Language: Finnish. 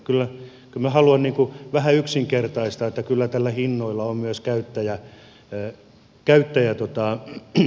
kyllä minä haluan vähän yksinkertaistaa että kyllä näillä hinnoilla on myös käyttäjävaikutus